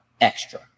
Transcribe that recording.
extra